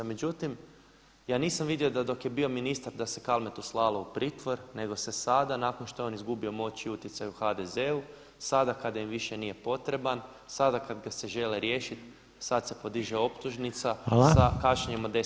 Međutim, ja nisam vidio da dok je bio ministar da se Kalmetu slalo u pritvor, nego se sada nakon što je on izgubio moć i utjecaj u HDZ-u sada kada im više nije potreban, sada kada ga se žele riješiti sada se podiže optužnica sa kašnjenjem od 10 godina.